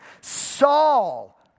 Saul